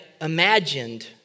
imagined